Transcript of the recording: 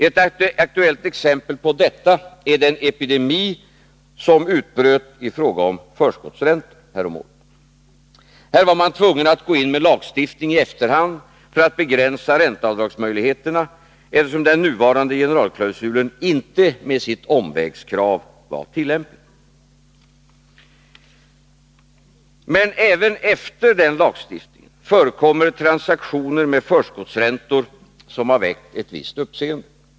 Ett aktuellt exempel på detta är den epidemi som härom året utbröt i fråga om förskottsräntor. Här var man tvungen att gå in med en lagstiftning i efterhand för att begränsa ränteavdragsmöjligheterna, eftersom den nuvarande generalklausulen med sitt omvägskrav inte var tillämplig. Men även efter införandet av den lagstiftningen förekommer transaktioner med förskottsräntor som har väckt ett visst uppseende.